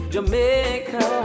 Jamaica